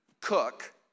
cook